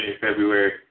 February